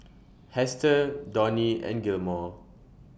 Hester Donnie and Gilmore